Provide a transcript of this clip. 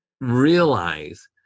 realize